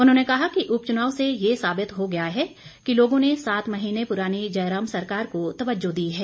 उन्होंने कहा कि उपचुनाव से यह साबित हो गया है कि लोगों ने सात महीने पुरानी जयराम सरकार को तवज्जो दी है